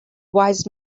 wise